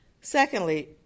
Secondly